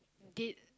did